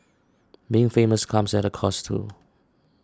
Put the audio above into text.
being famous comes at a cost too